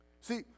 See